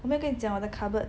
我有没有跟你讲我的 cupboard